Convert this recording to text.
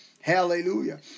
Hallelujah